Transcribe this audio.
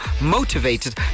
motivated